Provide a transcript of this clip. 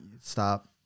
Stop